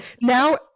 Now